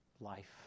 Life